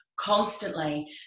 constantly